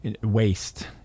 waste